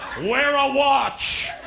wear a watch!